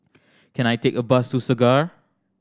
can I take a bus to Segar